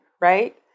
right